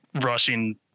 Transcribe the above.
rushing